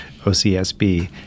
OCSB